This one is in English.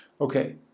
Okay